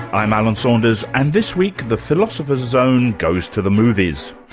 i'm alan saunders and this week the philosopher's zone goes to the movies.